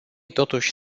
totuși